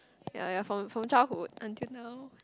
ya ya from from childhood until now